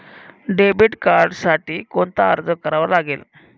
Debit कार्डसाठी कोणता अर्ज करावा लागेल?